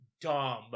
dumb